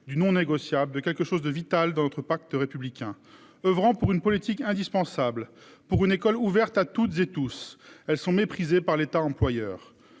du non négociable de quelque chose de vital dans notre pacte républicain, oeuvrant pour une politique indispensable pour une école ouverte à toutes et tous. Elles sont méprisés par l'État employeur